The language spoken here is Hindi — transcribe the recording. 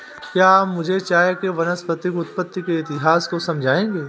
क्या आप मुझे चाय के वानस्पतिक उत्पत्ति के इतिहास को समझाएंगे?